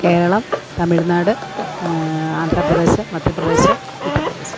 Keralam Tamil Nadu Andhra Pradesh Madhya Pradesh Uttar Pradesh